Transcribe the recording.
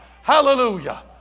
Hallelujah